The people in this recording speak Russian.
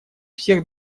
всех